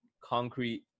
concrete